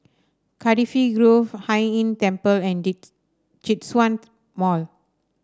Cardifi Grove Hai Inn Temple and Djitsun Mall